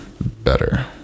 better